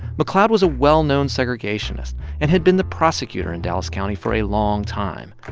mcleod was a well-known segregationist and had been the prosecutor in dallas county for a long time.